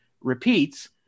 repeats